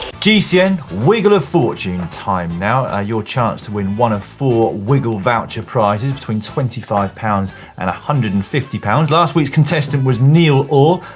gcn wiggle of fortune time now, ah your chance to win one of four wiggle voucher prizes between twenty five pounds and one hundred and fifty pounds. last week's contestant was neil orr,